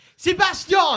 Sebastian